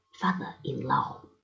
father-in-law